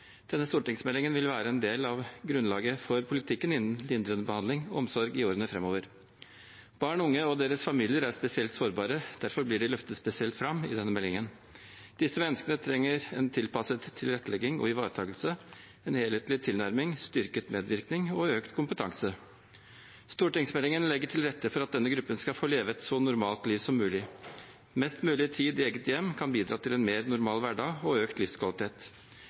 Denne stortingsmeldingen vil være en del av grunnlaget for politikken innen lindrende behandling og omsorg i årene framover. Barn og unge og deres familier er spesielt sårbare. Derfor blir de løftet spesielt fram i denne meldingen. Disse menneskene trenger en tilpasset tilrettelegging og ivaretakelse, en helhetlig tilnærming, styrket medvirkning og økt kompetanse. Stortingsmeldingen legger til rette for at denne gruppen skal få leve et så normalt liv som mulig. Mest mulig tid i eget hjem kan bidra til en mer normal hverdag og økt livskvalitet.